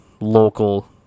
local